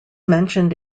mentioned